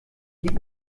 gib